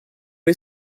est